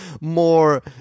more